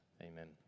Amen